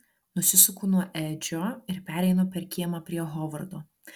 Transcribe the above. nusisuku nuo edžio ir pereinu per kiemą prie hovardo